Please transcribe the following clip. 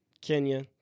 Kenya